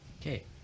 okay